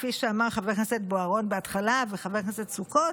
כפי שאמר חבר הכנסת בוארון בהתחלה וחבר הכנסת סוכות,